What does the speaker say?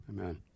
Amen